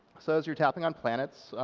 so as you're tapping on planets,